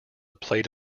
plate